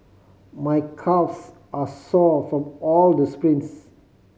my calves are sore from all the sprints